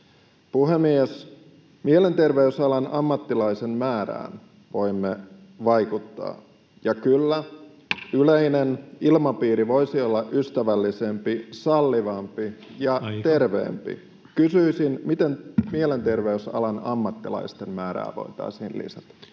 Puhemies! Mielenterveysalan ammattilaisten määrään voimme vaikuttaa, ja kyllä, yleinen ilmapiiri voisi olla ystävällisempi, sallivampi ja terveempi. [Puhemies: Aika!] Kysyisin: miten mielenterveysalan ammattilaisten määrää voitaisiin lisätä?